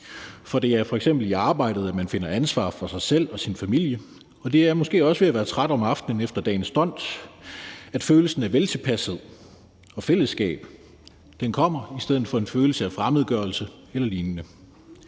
For det er f.eks. i arbejdet, at man finder ansvaret for sig selv og sin familie, og det er måske også ved at være træt om aftenen efter dagens dont, at følelsen af veltilpashed og fællesskab kommer i stedet for en følelse af fremmedgørelse eller lignende.